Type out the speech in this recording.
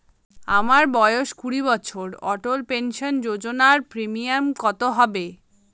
আমার বয়স কুড়ি বছর অটল পেনসন যোজনার প্রিমিয়াম কত হবে?